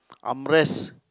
arm rest